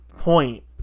point